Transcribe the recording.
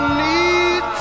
need